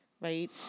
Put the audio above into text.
right